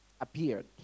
appeared